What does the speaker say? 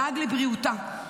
דאג לבריאותה.